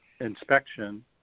inspection